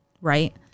right